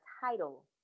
title